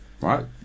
right